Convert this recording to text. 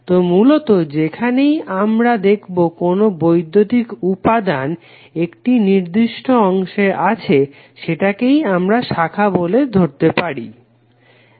তো মূলত যেখানেই আমরা দেখবো কোনো বৈদ্যুতিক উপাদান একটি নির্দিষ্ট অংশে আছে সেটাকেই আমরা শাখা বলতে পারি